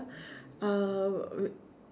uh